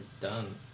done